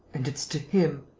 and it's to him.